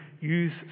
use